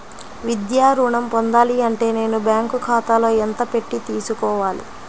విద్యా ఋణం పొందాలి అంటే నేను బ్యాంకు ఖాతాలో ఎంత పెట్టి తీసుకోవాలి?